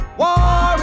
war